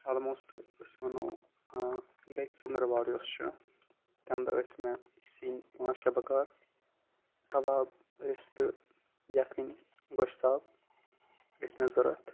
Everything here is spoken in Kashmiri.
آلموسٹ أسۍ وَنَو بیٚکہِ ژِنٛدٕر وار یۄس چھِ تمہِ دۄہ ٲسۍ مےٚ سیٚنۍ پانٛژھ شیٚے بکار کَباب رِستہٕ یکھٕنۍ گۄشتاب أسۍ مےٚ ضرورت